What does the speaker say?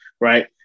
right